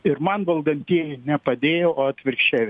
ir man valdantieji nepadėjo o atvirkščiai